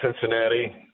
Cincinnati